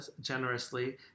generously